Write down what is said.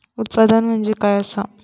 उत्पादन म्हणजे काय असा?